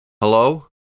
Hello